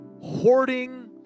Hoarding